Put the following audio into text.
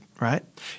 right